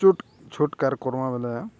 ଛୋଟ ଛୋଟ କାର୍ କର୍ମା ବଲେ